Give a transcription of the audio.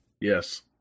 Yes